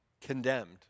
condemned